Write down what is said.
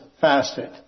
fasted